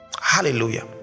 hallelujah